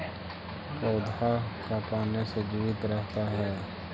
पौधा का पाने से जीवित रहता है?